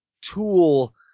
tool